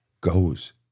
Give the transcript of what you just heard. goes